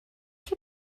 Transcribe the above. chi